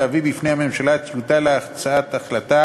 להביא בפני הממשלה את זכותה להצעת החלטה